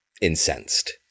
incensed